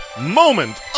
Moment